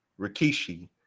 Rikishi